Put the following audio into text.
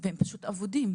והם פשוט אבודים.